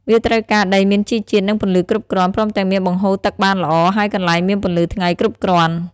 វាត្រូវការដីមានជីជាតិ និងពន្លឺគ្រប់គ្រាន់ ព្រមទាំងមានបង្ហូរទឹកបានល្អ ហើយកន្លែងមានពន្លឺថ្ងៃគ្រប់គ្រាន់។